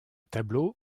tableau